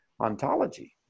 ontology